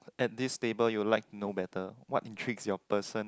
at this table you will like to know better what intrigues your person